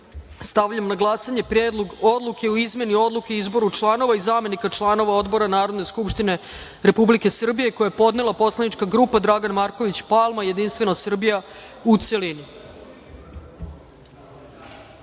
na glasanje Predlog odluke o izmeni Odluke o izboru članova i zamenika članova odbora Narodne skupštine Republike Srbije, koju je podnela poslanička grupa Dragan Marković Palma – Jedinstvena Srbija, u